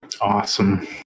Awesome